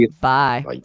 Bye